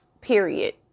Period